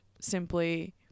simply